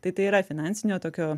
tai tai yra finansinio tokio